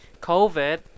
COVID